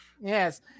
Yes